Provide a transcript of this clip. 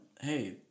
Hey